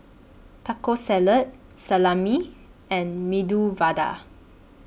Taco Salad Salami and Medu Vada